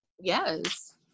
Yes